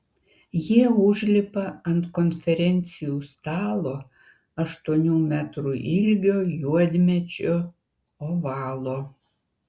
jie užlipa ant konferencijų stalo aštuonių metrų ilgio juodmedžio ovalo